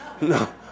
No